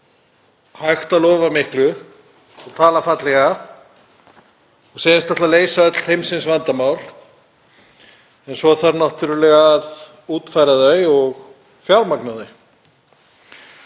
hægt að lofa miklu og tala fallega og segjast ætla að leysa öll heimsins vandamál en svo þarf náttúrlega að útfæra þau og fjármagna þau.